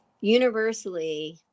universally